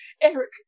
Eric